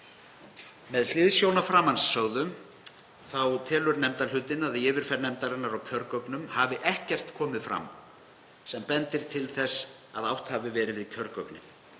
Með hliðsjón af framangreindu telja undirrituð að í yfirferð nefndarinnar á kjörgögnum hafi ekkert komið fram sem bendir til þess að átt hafi verið við kjörgögnin.